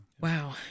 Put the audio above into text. Wow